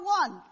one